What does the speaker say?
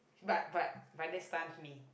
but but but they stunt to me